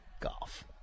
golf